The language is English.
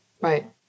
Right